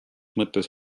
mõttes